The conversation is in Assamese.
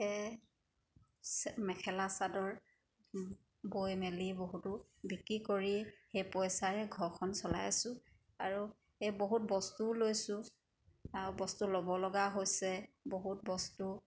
এই মেখেলা চাদৰ বৈ মেলি বহুতো বিক্ৰী কৰি সেই পইচাৰে ঘৰখন চলাই আছোঁ আৰু এই বহুত বস্তুও লৈছোঁ আৰু বস্তু ল'ব লগা হৈছে বহুত বস্তু